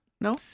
No